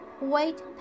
wait